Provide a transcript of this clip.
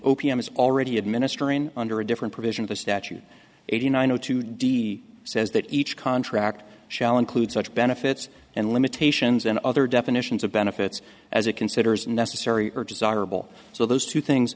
p m is already administering under a different provision of the statute eighty nine o two d says that each contract shall include such benefits and limitations and other definitions of benefits as it considers necessary or desirable so those two things